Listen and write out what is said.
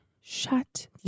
Shut